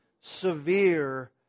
severe